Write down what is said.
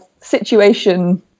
situation